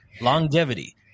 Longevity